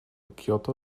kyoto